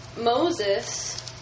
Moses